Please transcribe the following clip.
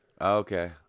Okay